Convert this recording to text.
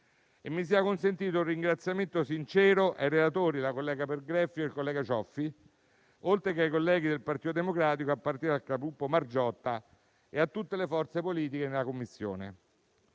e mi sia consentito un ringraziamento sincero ai relatori, la collega Pergreffi e il collega Cioffi, oltre che ai colleghi del Partito Democratico, a partire dal capogruppo Margiotta, e a tutte le forze politiche nella Commissione.